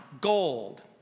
gold